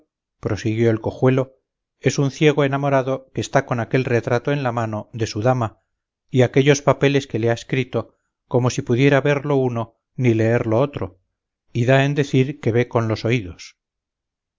esotro aposentillo prosiguió el cojuelo es un ciego enamorado que está con aquel retrato en la mano de su dama y aquellos papeles que le ha escrito como si pudiera ver lo uno ni leer lo otro y da en decir que ve con los oídos